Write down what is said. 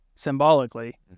Symbolically